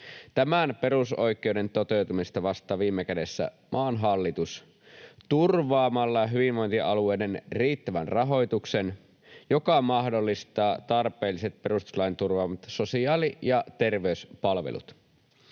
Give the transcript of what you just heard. Tämän perusoikeuden toteutumisesta vastaa viime kädessä maan hallitus turvaamalla hyvinvointialueiden riittävän rahoituksen, joka mahdollistaa tarpeelliset perustuslain turvaamat sosiaali- ja terveyspalvelut.